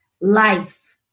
life